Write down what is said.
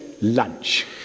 lunch